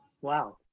Wow